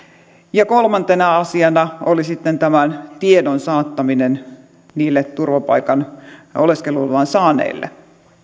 kolmantena asiana oli sitten tiedon saattaminen turvapaikan ja oleskeluluvan saaneille